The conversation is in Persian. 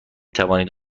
توانید